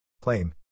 Claim